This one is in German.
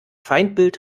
feindbild